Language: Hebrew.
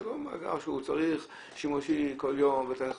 זה לא מאגר שהוא שימושי כל יום.